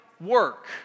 work